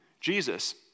Jesus